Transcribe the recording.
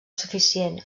suficient